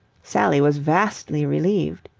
sally was vastly relieved.